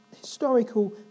historical